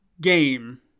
game